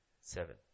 Seven